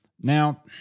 Now